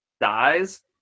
dies